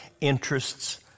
interests